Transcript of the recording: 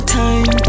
time